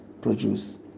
produce